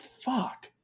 fuck